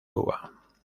cuba